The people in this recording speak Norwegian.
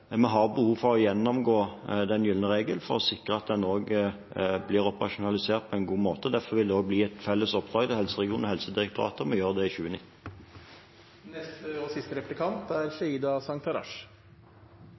vi har behov for å gjennomgå den gylne regel for å sikre at den blir operasjonalisert på en god måte. Derfor vil det bli et felles oppdrag til helseregionene og Helsedirektoratet om å gjøre det i 2019. Nå har den gylne regelen vært nevnt ganske mange ganger her, og